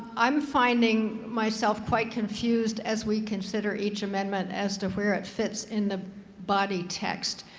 i'm finding myself quite confused as we consider each amendment as to where it fits in the body text.